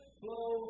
flow